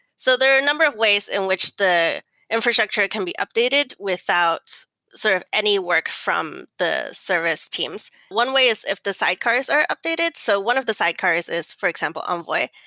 so there are number of ways in which the infrastructure can be updated without sort of any work from the service teams. one way is if the sidecars are updated. so one of the sidecars is, for example, envoy.